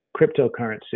cryptocurrency